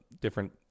different